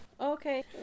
Okay